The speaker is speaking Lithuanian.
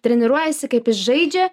treniruojasi kaip jis žaidžia